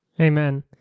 Amen